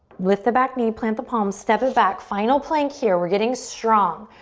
lift the back knee, plant the palms, step it back, final plank here. we're getting strong.